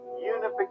unification